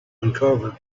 uncovered